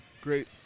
Great